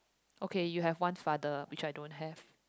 okay you have one father which I don't have